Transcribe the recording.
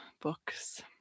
books